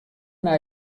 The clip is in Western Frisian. nei